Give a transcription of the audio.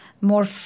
more